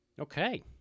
Okay